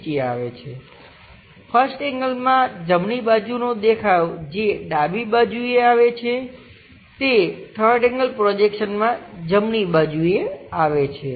1st એંગલમાં જમણી બાજુનો દેખાવ જે ડાબી બાજુ આવે છે તે 3rd એંગલ પ્રોજેક્શનમાં જમણી બાજુએ આવે છે